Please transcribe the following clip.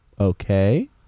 Okay